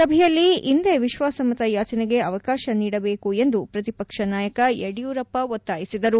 ಸಭೆಯಲ್ಲಿ ಇಂದೇ ವಿಶ್ವಾಸಮತಯಾಚನೆಗೆ ಅವಕಾಶ ನೀಡಬೇಕು ಎಂದು ಪ್ರತಿಪಕ್ಷ ನಾಯಕ ಯಡಿಯೂರಪ್ಪ ಒತ್ತಾಯಿಸಿದರು